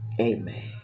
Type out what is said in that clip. Amen